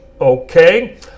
Okay